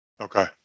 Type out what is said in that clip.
Okay